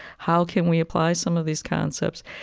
how can we apply some of these concepts?